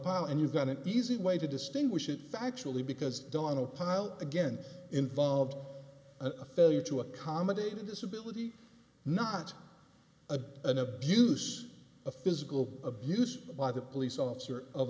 pile and you've got an easy way to distinguish it factually because donald pyle again involved a failure to accommodate his ability not a an abuse a physical abuse by the police officer of